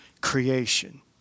creation